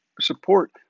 support